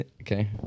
Okay